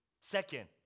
Second